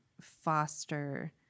foster